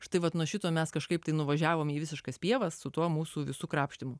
štai vat nuo šito mes kažkaip tai nuvažiavom į visiškas pievas su tuo mūsų visų krapštymu